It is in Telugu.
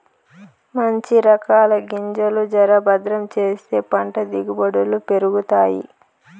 మంచి రకాల గింజలు జర భద్రం చేస్తే పంట దిగుబడులు పెరుగుతాయి